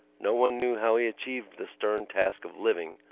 no one knew how he achieved the stern task of living,